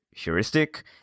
heuristic